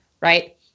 right